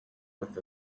with